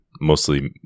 mostly